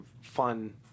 fun